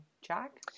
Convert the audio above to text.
jack